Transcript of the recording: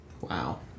Wow